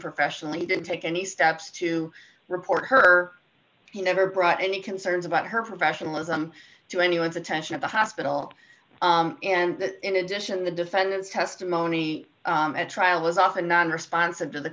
unprofessionally didn't take any steps to report her he never brought any concerns about her professionalism to anyone's attention at the hospital and in addition the defendant's testimony at trial was often non responsive to the